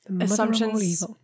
Assumptions